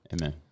Amen